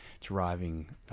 driving